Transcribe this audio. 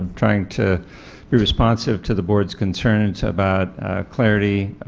trying to be responsive to the board's concerns about clarity,